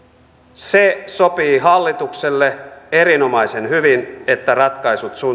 se sopii hallitukselle erinomaisen hyvin että ratkaisut